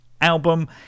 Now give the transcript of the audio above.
album